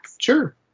Sure